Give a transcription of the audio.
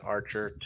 Archer